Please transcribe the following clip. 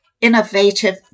innovative